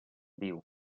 viu